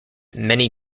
many